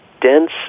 dense